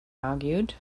argued